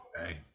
Hey